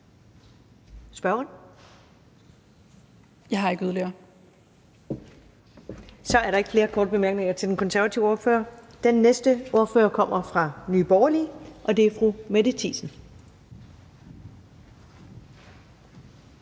næstformand (Karen Ellemann): Så er der ikke flere korte bemærkninger til den konservative ordfører. Den næste ordfører kommer fra Nye Borgerlige, og det er fru Mette Thiesen.